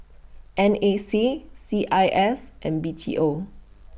N A C C I S and B T O